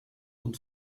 und